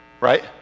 Right